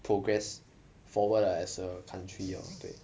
progress forward ah as a country lor 对